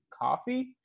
Coffee